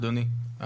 אדוני,